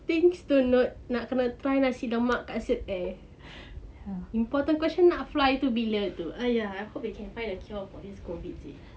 things to note nak kena try nasi lemak kat silk air important question nak fly tu bila tu !aiya! I hope they can find a cure for this COVID seh